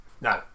No